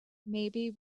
maybe